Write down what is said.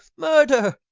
murder!